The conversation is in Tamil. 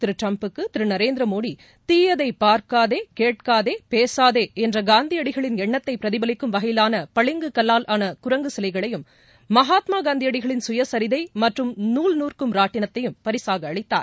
திருட்டிரம்புக்கு திருநரேந்திரமோடி தீயதைபா்க்காதே கேட்காதே ஆஸ்ரமத்தில் பேசாதேஎன்றகாந்தியடிகளின் எண்ணத்தைபிரதிபலிக்குமவகையிலானபளிங்கு கல்லிலானகுரங்குசிலைகளையும் மகாத்மாகாந்தியடிகளின் சுயசிதைமற்றும் நூல் நூற்கும் ராட்டினத்தையும் பரிசாகஅளித்தார்